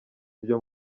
byo